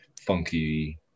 funky